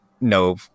no